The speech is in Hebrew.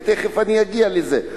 ותיכף אני אגיע לזה.